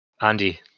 Andy